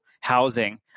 housing